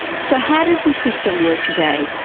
so how does this system work today?